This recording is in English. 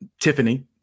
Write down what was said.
Tiffany